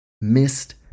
missed